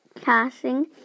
casting